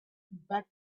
back